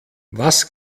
was